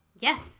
yes